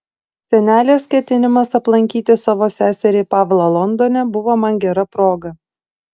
senelės ketinimas aplankyti savo seserį pavlą londone buvo man gera proga